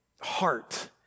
Heart